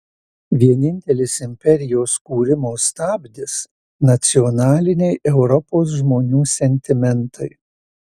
vienintelis imperijos kūrimo stabdis nacionaliniai europos žmonių sentimentai